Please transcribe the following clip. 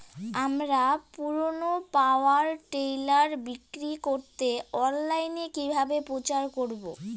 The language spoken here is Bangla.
আমার পুরনো পাওয়ার টিলার বিক্রি করাতে অনলাইনে কিভাবে প্রচার করব?